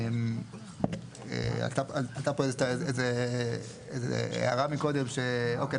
הייתה פה איזה הערה מקודם ש-אוקיי,